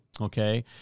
okay